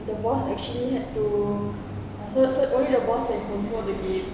the boss actually had to so so only the boss can control the game